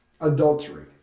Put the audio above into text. adultery